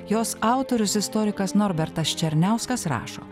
jos autorius istorikas norbertas černiauskas rašo